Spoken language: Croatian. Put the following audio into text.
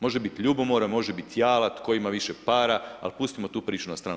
Može biti ljubomora, može biti jala, tko ima više para, ali pustimo tu priču na stranu.